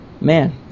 Man